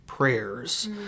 prayers